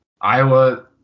Iowa